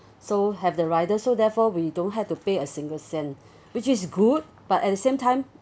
so have the rider so therefore we don't have to pay a single cent which is good but at the same time